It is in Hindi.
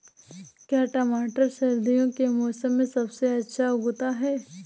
क्या टमाटर सर्दियों के मौसम में सबसे अच्छा उगता है?